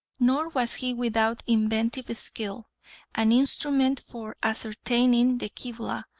nor was he without inventive skill an instrument for ascertaining the kibla,